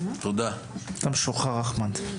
אתה משוחרר אחמד.